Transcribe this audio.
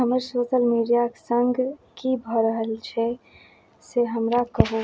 हमर सोशल मीडिआके सङ्ग कि भऽ रहल छै से हमरा कहू